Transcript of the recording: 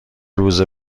روز